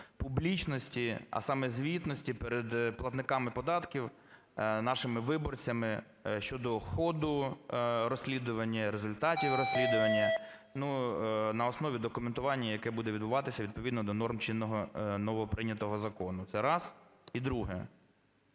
публічності, а саме звітності перед платниками податків нашими виборцями щодо ходу розслідування і результатів розслідування на основі документування, яке буде відбуватися відповідно до норм чинного новоприйнятого закону. Це раз. І друге.